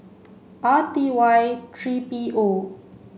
R T Y three P O